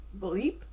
Bleep